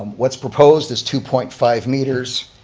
what's proposed is two point five meters.